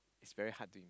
is very hard to